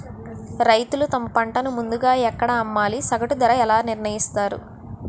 రైతులు తమ పంటను ముందుగా ఎక్కడ అమ్మాలి? సగటు ధర ఎలా నిర్ణయిస్తారు?